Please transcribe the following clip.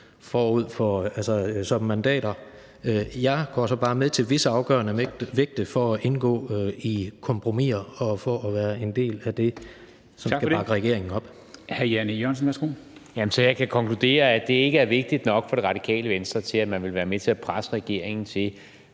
vægte som mandater. Jeg går så bare med til visse afgørende vægte for at indgå i kompromiser og for at være en del af det, som skal bakke regeringen op.